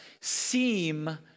seem